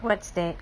what's that